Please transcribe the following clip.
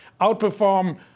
outperform